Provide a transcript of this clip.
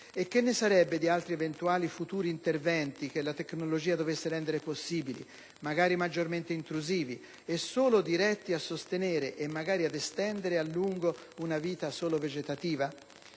E che ne sarebbe di altri eventuali futuri interventi che la tecnologia dovesse rendere possibili, magari maggiormente intrusivi, e solo diretti a sostenere e magari ad estendere a lungo una vita solo vegetativa?